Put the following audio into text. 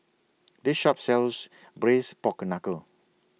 This Shop sells Braised Pork Knuckle